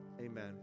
Amen